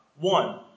one